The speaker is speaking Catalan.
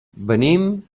venim